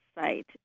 site